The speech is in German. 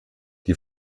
die